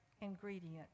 ingredient